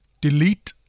Delete